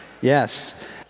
Yes